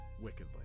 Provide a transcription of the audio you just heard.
wickedly